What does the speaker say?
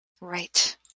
Right